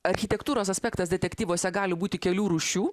architektūros aspektas detektyvuose gali būti kelių rūšių